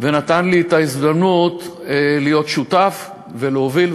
ונתן לי את ההזדמנות להיות שותף ולהוביל,